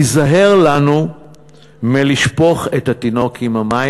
ניזהר לנו מלשפוך את התינוק עם המים,